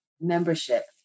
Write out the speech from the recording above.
membership